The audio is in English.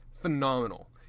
phenomenal